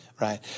right